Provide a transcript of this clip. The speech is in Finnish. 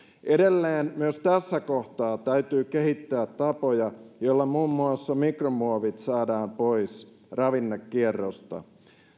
edelleen myös tässä kohtaa täytyy kehittää tapoja joilla muun muassa mikromuovit saadaan pois ravinnekierrosta